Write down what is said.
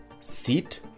sit